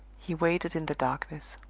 he waited in the darkness.